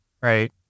Right